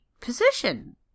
position